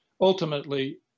ultimately